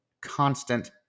constant